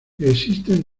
existen